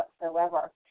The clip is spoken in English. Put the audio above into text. whatsoever